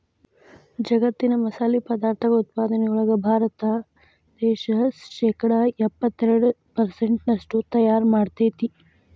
ಜಗ್ಗತ್ತಿನ ಮಸಾಲಿ ಪದಾರ್ಥಗಳ ಉತ್ಪಾದನೆಯೊಳಗ ಭಾರತ ದೇಶ ಶೇಕಡಾ ಎಪ್ಪತ್ತೆರಡು ಪೆರ್ಸೆಂಟ್ನಷ್ಟು ತಯಾರ್ ಮಾಡ್ತೆತಿ